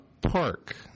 Park